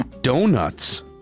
Donuts